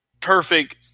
perfect